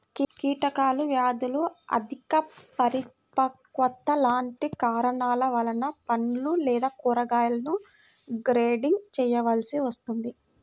కీటకాలు, వ్యాధులు, అధిక పరిపక్వత లాంటి కారణాల వలన పండ్లు లేదా కూరగాయలను గ్రేడింగ్ చేయవలసి వస్తుంది